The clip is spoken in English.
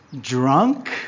drunk